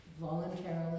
voluntarily